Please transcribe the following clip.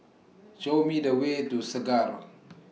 Show Me The Way to Segar